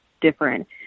different